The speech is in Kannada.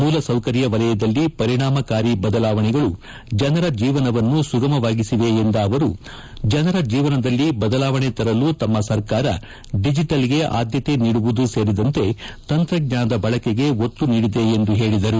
ಮೂಲಸೌಕರ್ಯ ವಲಯದಲ್ಲಿ ಪರಿಣಾಮಕಾರಿ ಬದಲಾವಣೆಗಳು ಜನರ ಜೀವನವನ್ನು ಸುಗಮವಾಗಿಸಿದೆ ಎಂದ ಅವರು ಜನರ ಜೀವನದಲ್ಲಿ ಬದಲಾವಣೆ ತರಲು ತಮ್ಮ ಸರ್ಕಾರ ದಿಜಿಟಲ್ಗೆ ಆದ್ಯತೆ ನೀಡುವುದೂ ಸೇರಿದಂತೆ ತಂತ್ರಜ್ಞಾನದ ಬಳಕೆಗೆ ಒತ್ತು ನೀಡಿದೆ ಎಂದು ಹೇಳಿದರು